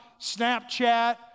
Snapchat